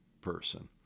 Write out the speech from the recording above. person